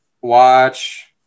watch